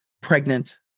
pregnant